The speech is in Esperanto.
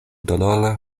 dolora